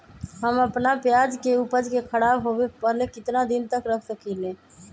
हम अपना प्याज के ऊपज के खराब होबे पहले कितना दिन तक रख सकीं ले?